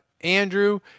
Andrew